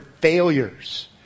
Failures